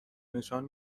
نشان